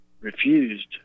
refused